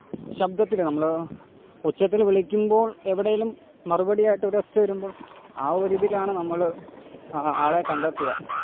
ശബ്ദത്തിൽ നമ്മൾ ഒച്ചത്തിൽ വിളിക്കുമ്പോൾ എവിടെയെങ്കിലും മറുപടിയായിട്ട് ഒരൊച്ച വരുമ്പോൾ ആ ഒരു ഇതിലാണ് നമ്മൾ ആളെ കണ്ടെത്തുക